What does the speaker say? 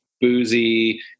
boozy